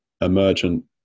emergent